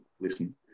listen